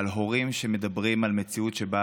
על הורים שמדברים על מציאות שבה